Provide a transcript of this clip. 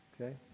okay